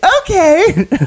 okay